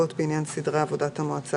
אם נוסיף את המילים "בבסיסי התקציב"